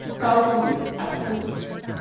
calculus, and physics.